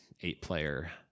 eight-player